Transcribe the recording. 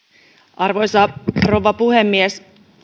arvoisa rouva puhemies